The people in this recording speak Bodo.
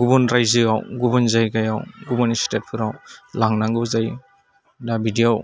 गुबुन रायजोआव गुबुन जायगायाव गुबुन स्टेटफोराव लांनांगौ जायो दा बिदियाव